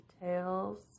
details